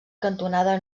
cantonada